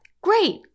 Great